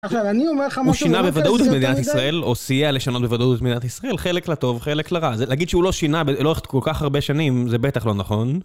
הוא שינה בוודאות מדינת ישראל, או סייע לשנות בוודאות את מדינת ישראל, חלק לטוב, חלק לרע. להגיד שהוא לא שינה לאורך כל כך הרבה שנים, זה בטח לא נכון.